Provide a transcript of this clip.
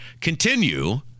continue